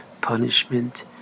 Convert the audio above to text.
punishment